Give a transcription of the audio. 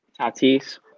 Tatis